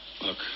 Look